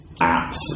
apps